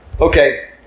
Okay